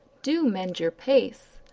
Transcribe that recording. do mend your pace,